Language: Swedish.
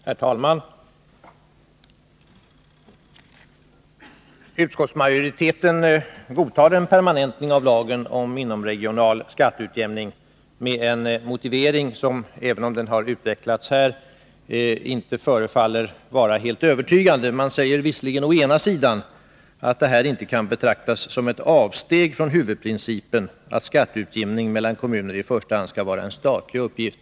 Herr talman! Utskottsmajoriteten godtar en permanentning av lagen om inomregional skatteutjämning med en motivering som, även om den har utvecklats här, inte förefaller vara helt övertygande. Man säger visserligen å ena sidan att detta inte kan betraktas som ett avsteg från huvudprincipen, att skatteutjämning mellan kommuner i första hand skall vara en statlig uppgift.